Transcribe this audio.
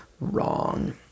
Wrong